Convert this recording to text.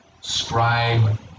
scribe